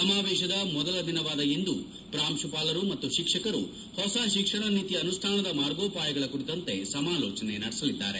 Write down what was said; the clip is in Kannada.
ಸಮಾವೇಶದ ಮೊದಲ ದಿನವಾದ ಇಂದು ಪ್ರಾಂಶುಪಾಲರು ಮತ್ತು ಶಿಕ್ಷಕರು ಹೊಸ ಶಿಕ್ಷಣ ನೀತಿಯ ಅನುಷ್ಡಾನದ ಮಾರ್ಗೋಪಾಯಗಳ ಕುರಿತಂತೆ ಸಮಾಲೋಚನೆ ನಡೆಸಲಿದ್ದಾರೆ